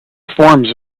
forms